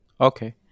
Okay